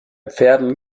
pferden